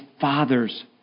Father's